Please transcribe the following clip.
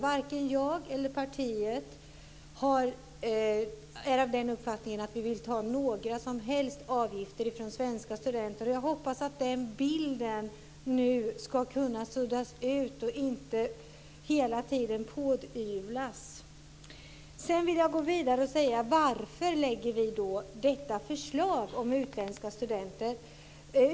Varken jag eller mitt parti vill ta ut några som helst avgifter av svenska studenter. Jag hoppas att bilden i det avseendet nu kan suddas ut och att den inte hela tiden ska pådyvlas folk. Varför lägger vi då fram det här förslaget om utländska studenter?